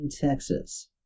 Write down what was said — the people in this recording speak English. Texas